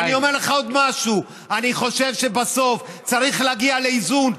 ואני אומר לך עוד משהו: אני חושב שבסוף צריך להגיע לאיזון,